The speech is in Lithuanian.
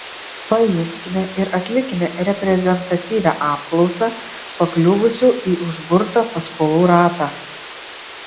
paimkime ir atlikime reprezentatyvią apklausą pakliuvusių į užburtą paskolų ratą